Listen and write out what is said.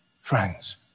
friends